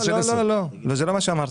לא, זה לא מה שאמרתי.